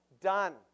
Done